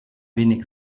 wenig